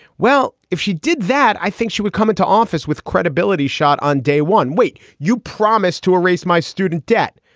well, if she did that, i she would come into office with credibility shot on day one. wait. you promise to erase my student debt?